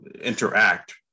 interact